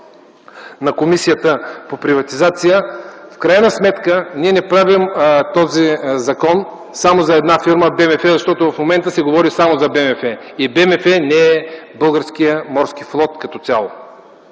на Комисията по приватизация, в крайна сметка ние не правим този закон само за една фирма – БМФ, защото в момента се говори само за БМФ. И БМФ не е българският морски флот като цяло.